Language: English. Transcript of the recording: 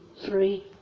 three